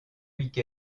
week